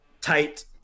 tight